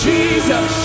Jesus